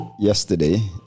yesterday